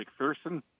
McPherson